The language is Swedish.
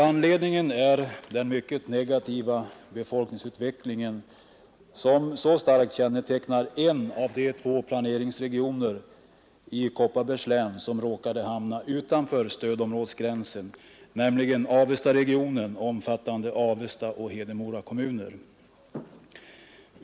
Anledningen är den mycket negativa befolkningsutveckling som så starkt kännetecknar en av de två planeringsregioner i Kopparbergs län som råkade hamna utanför stödområdesgränsen, nämligen Avestaregionen, omfattande Avesta och Hedemora kommuner.